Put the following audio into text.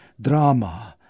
drama